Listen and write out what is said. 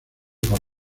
por